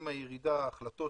עם הירידה, ההחלטות